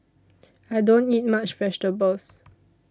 I don't eat much vegetables